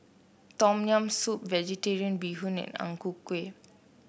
Tom Yam Soup vegetarian Bee Hoon and Ang Ku Kueh